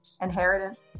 inheritance